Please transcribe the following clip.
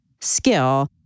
skill